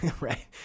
right